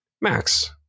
Max